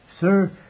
Sir